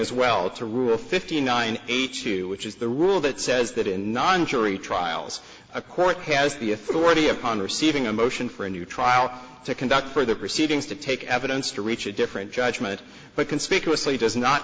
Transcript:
as well to rule fifty nine eighty two which is the rule that says that in non jury trials a court has the authority upon receiving a motion for a new trial to conduct further proceedings to take evidence to reach a different judgment but conspicuously does not